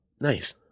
nice